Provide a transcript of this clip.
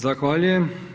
Zahvaljujem.